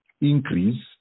increase